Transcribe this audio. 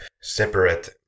Separate